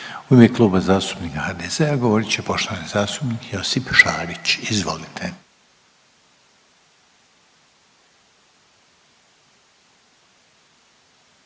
U ime Kluba zastupnika HDZ-a govorit će poštovana zastupnica Nikolina Baradić. Izvolite.